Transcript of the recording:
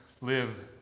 live